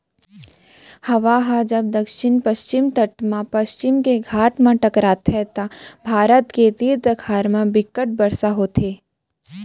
हवा ह जब दक्छिन पस्चिम तट म पस्चिम के घाट म टकराथे त भारत के तीर तखार म बिक्कट बरसा होथे